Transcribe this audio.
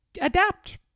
adapt